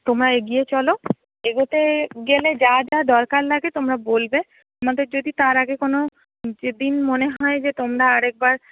তোমরা এগিয়ে চলো এগোতে গেলে যা যা দরকার লাগে তোমরা বলবে তোমাদের যদি তার আগে কোনও যেদিন মনে হয় তোমরা আরেকবার